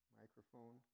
microphone